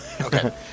Okay